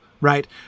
right